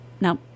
Now